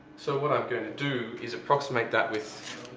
so, what i'm going to do is approximate that with